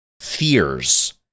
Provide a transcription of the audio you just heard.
fears